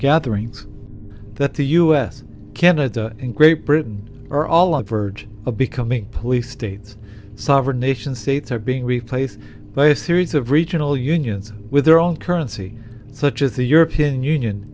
gatherings that the us canada and great britain are all of verge of becoming police states sovereign nation states are being replaced by a series of regional unions with their own currency such as the european union